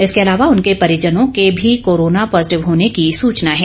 इसके अलावा उनके परिजनों के भी कोरोना पॉजिटिव होने की सूचना है